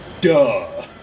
Duh